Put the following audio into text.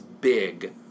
big